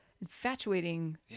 infatuating